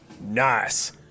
Nice